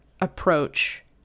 approach